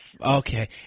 Okay